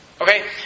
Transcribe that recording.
Okay